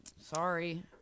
Sorry